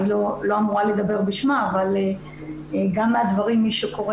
אני לא אמורה לדבר בשמה אבל מי שקורא